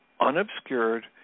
unobscured